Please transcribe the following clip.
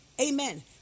Amen